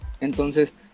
Entonces